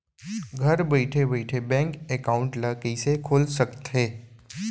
घर बइठे बइठे बैंक एकाउंट ल कइसे खोल सकथे?